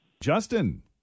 Justin